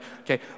Okay